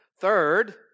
Third